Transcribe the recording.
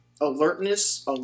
Alertness